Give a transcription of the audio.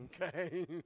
okay